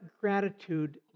gratitude